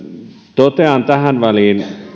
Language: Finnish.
totean tähän väliin